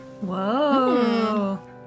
Whoa